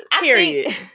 Period